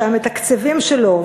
שהמתקצבים שלו,